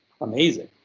amazing